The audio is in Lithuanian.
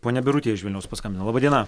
ponia birutė iš vilniaus paskambino laba diena